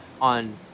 on